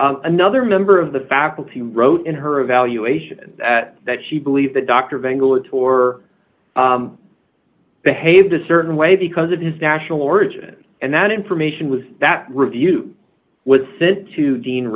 another member of the faculty wrote in her evaluation that she believed the doctor bangle it or behaved a certain way because of his national origin and that information was that review was sent to dean